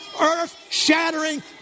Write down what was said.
earth-shattering